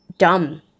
dumb